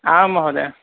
आं महोदय